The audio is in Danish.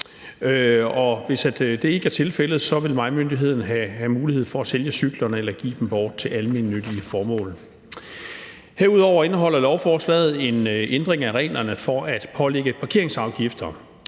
Hvis det ikke er tilfældet, vil vejmyndigheden have mulighed for at sælge cyklerne eller give dem bort til almennyttige formål. Herudover indeholder lovforslaget en ændring af reglerne for at pålægge parkeringsafgifter.